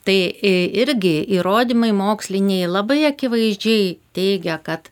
tai a irgi įrodymai moksliniai labai akivaizdžiai teigia kad